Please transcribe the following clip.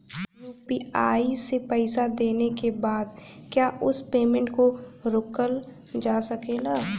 UPI से पईसा देने के बाद क्या उस पेमेंट को रोकल जा सकेला?